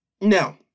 No